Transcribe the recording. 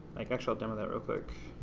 like actually demo that real quick.